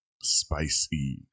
spicy